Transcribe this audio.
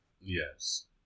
yes